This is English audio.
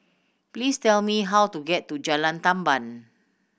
please tell me how to get to Jalan Tamban